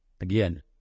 again